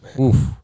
Oof